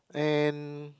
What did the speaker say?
and